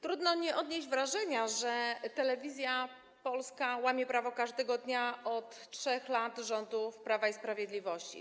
Trudno nie odnieść wrażenia, że Telewizja Polska łamie prawo każdego dnia od 3 lat rządów Prawa i Sprawiedliwości.